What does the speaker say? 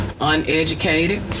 Uneducated